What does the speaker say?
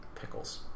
pickles